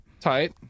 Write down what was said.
tight